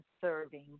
serving